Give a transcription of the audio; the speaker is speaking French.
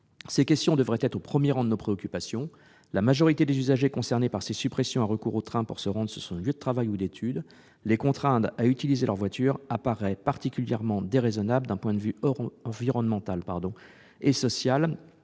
Ces questions devraient être au premier rang de nos préoccupations. La majorité des usagers concernés par ces suppressions a recours au train pour se rendre sur son lieu de travail ou d'étude. Les contraindre à utiliser leurs voitures apparaît comme particulièrement déraisonnable d'un point de vue environnemental et social